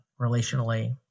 relationally